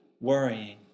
worrying